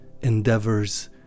endeavors